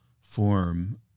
form